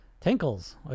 Tinkles